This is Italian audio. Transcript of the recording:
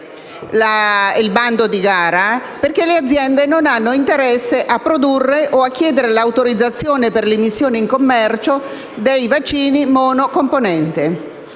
il bando di gara va deserto, perché le aziende non hanno interesse a produrre o a chiedere l'autorizzazione per l'immissione in commercio dei vaccini monocomponenti.